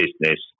business